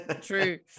true